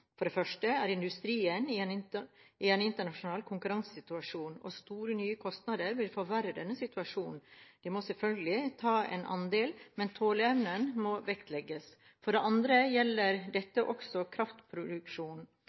For det første er industrien i en internasjonal konkurransesituasjon og store nye kostnader vil forverre denne situasjonen. De må selvfølgelig ta en andel, men tåleevnen må vektlegges. For det andre gjelder